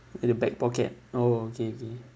at the back pocket oh okay kay